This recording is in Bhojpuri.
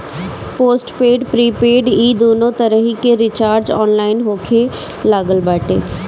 पोस्टपैड प्रीपेड इ दूनो तरही के रिचार्ज ऑनलाइन होखे लागल बाटे